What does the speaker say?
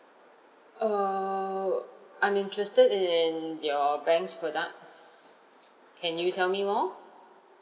err I'm interested in your bank's product can you tell me more